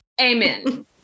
Amen